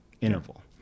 interval